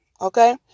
Okay